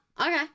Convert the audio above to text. okay